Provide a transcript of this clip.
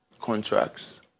contracts